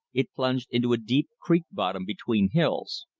it plunged into a deep creek bottom between hills.